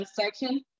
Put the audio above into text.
section